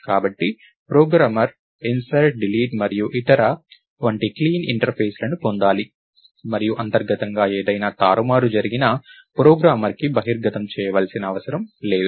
కాబట్టి programmer insert delete మరియు ఇతర వంటి క్లీన్ ఇంటర్ఫేస్లను పొందాలి మరియు అంతర్గతంగా ఏదైనా తారుమారు జరిగినా ప్రోగ్రామర్కు బహిర్గతం చేయవలసిన అవసరం లేదు